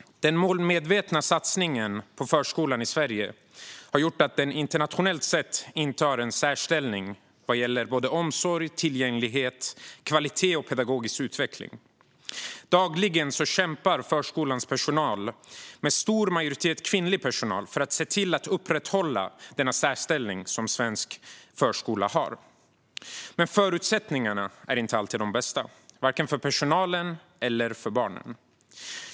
Den målmedvetna satsningen på förskolan i Sverige har gjort att den internationellt sett intar en särställning vad gäller omsorg, tillgänglighet, kvalitet och pedagogisk utveckling. Dagligen kämpar förskolans personal, med en stor majoritet kvinnlig personal, för att se till att upprätthålla den särställning som svensk förskola har. Men förutsättningarna är inte alltid de bästa för vare sig personalen eller barnen.